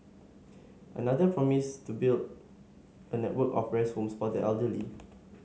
another promised to build a network of rest homes for the elderly